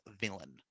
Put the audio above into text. villain